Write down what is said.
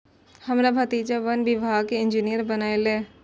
हमर भतीजा वन विभागक इंजीनियर बनलैए